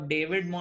David